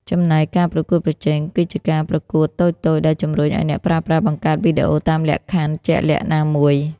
ចំណែក ការប្រកួតប្រជែង គឺជាការប្រកួតតូចៗដែលជំរុញឱ្យអ្នកប្រើប្រាស់បង្កើតវីដេអូតាមលក្ខខណ្ឌជាក់លាក់ណាមួយ។